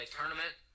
tournament